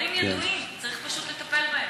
הדברים ידועים, צריך פשוט לטפל בהם.